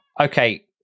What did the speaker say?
okay